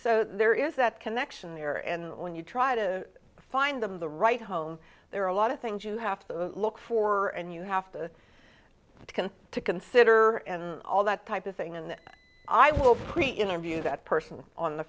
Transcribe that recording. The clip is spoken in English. so there is that connection there and when you try to find them the right home there are a lot of things you have to look for and you have to taken to consider all that type of thing and i will pre interview that person on the